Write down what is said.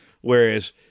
whereas